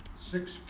six